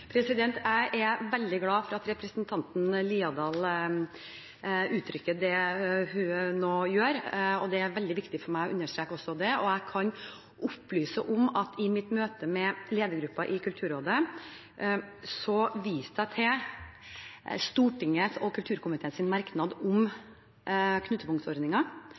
Jeg er veldig glad for at representanten Haukeland Liadal uttrykker det hun nå gjør, og det er veldig viktig for meg også å understreke det. Jeg kan opplyse om at i mitt møte med ledergruppen i Kulturrådet viste jeg til Stortinget og kulturkomiteens merknad om